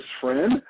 friend